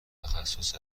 تخصص